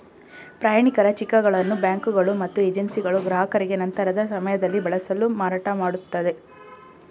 ಪ್ರಯಾಣಿಕರ ಚಿಕ್ಗಳನ್ನು ಬ್ಯಾಂಕುಗಳು ಮತ್ತು ಏಜೆನ್ಸಿಗಳು ಗ್ರಾಹಕರಿಗೆ ನಂತರದ ಸಮಯದಲ್ಲಿ ಬಳಸಲು ಮಾರಾಟಮಾಡುತ್ತದೆ